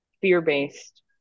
fear-based